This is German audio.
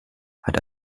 hat